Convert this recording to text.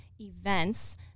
events